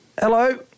Hello